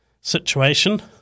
situation